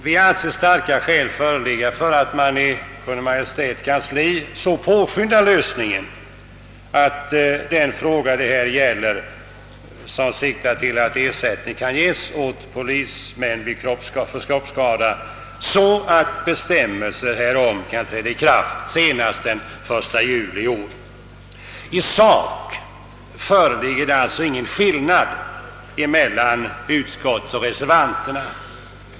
Vi anser starka skäl föreligga för att man i Kungl. Maj:ts kansli så påskyndar lösningen av denna fråga, som siktar till att ersättning skall kunna ges åt polismän för kroppsskada, att bestämmelser härom kan träda i kraft senast den 1 juli i år. I sak föreligger här alltså ingen skillnad emellan utskottets och reservanternas uppfattning.